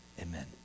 amen